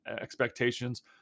expectations